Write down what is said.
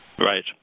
Right